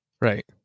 right